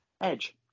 Edge